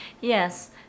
Yes